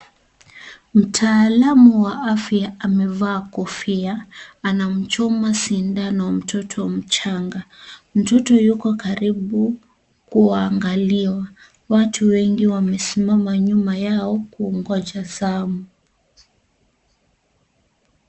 Mtaalamu wa afya amevaa kofia anamchuma sindano mtoto mchanga, mtoto yuko karibu kuangaliwa, watu wengi wamesimama nyuma yao kungoja zamu.